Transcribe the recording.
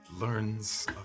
learns